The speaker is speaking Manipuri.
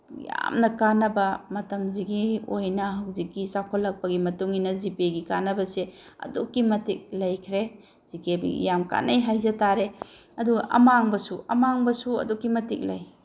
ꯌꯥꯝꯅ ꯀꯥꯟꯅꯕ ꯃꯇꯝꯁꯤꯒꯤ ꯑꯣꯏꯅ ꯍꯧꯖꯤꯛꯀꯤ ꯆꯥꯎꯈꯠꯂꯛꯄꯒꯤ ꯃꯇꯨꯡꯏꯟꯅ ꯖꯤꯄꯦꯒꯤ ꯀꯥꯟꯅꯕꯁꯤ ꯑꯗꯨꯛꯀꯤ ꯃꯇꯤꯛ ꯂꯩꯈ꯭ꯔꯦ ꯖꯤꯄꯦꯒꯤ ꯌꯥꯝ ꯀꯥꯟꯅꯩ ꯍꯥꯏꯖꯇꯥꯔꯦ ꯑꯗꯨꯒ ꯑꯃꯥꯡꯕꯁꯨ ꯑꯃꯥꯡꯕꯁꯨ ꯑꯗꯨꯛꯀꯤ ꯃꯇꯤꯛ ꯂꯩ